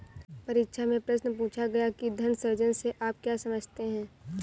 परीक्षा में प्रश्न पूछा गया कि धन सृजन से आप क्या समझते हैं?